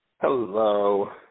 Hello